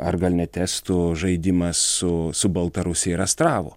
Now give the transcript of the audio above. ar gal net estų žaidimas su su baltarusija ir astravu